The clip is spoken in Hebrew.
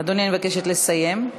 אדוני, אני מבקשת לסיים.